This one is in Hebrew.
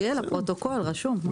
שיהיה לפרוטוקול רשום.